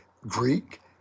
Greek